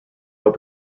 out